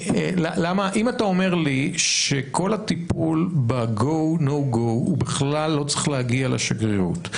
אם אתה אומר לי שכל הטיפול ב-go no go בכלל לא צריך להגיע לשגרירות,